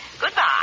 Goodbye